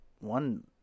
one